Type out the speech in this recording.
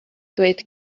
dweud